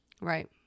Right